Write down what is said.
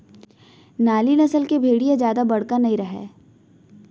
नाली नसल के भेड़ी ह जादा बड़का नइ रहय